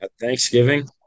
Thanksgiving